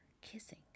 kissing